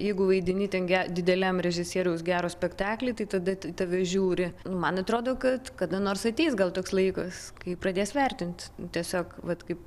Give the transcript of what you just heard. jeigu vaidini ten ge dideliam režisieriaus gero spektakly tai tada tave žiūri man atrodo kad kada nors ateis gal toks laikas kai pradės vertint tiesiog vat kaip